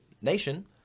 nation